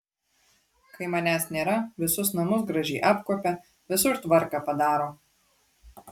kai manęs nėra visus namus gražiai apkuopia visur tvarką padaro